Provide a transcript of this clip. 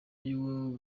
y’uwo